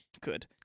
good